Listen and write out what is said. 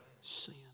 Sin